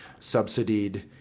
subsidied